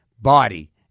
body